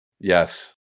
yes